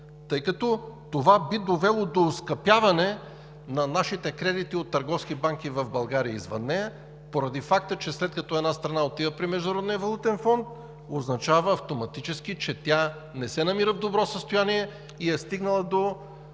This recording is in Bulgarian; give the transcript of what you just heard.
тъй като това би довело до оскъпяване на нашите кредити от търговски банки в България и извън нея поради факта, че след като една страна отива при Международния валутен фонд, автоматически означава, че тя не се намира в добро състояние и е стигнала до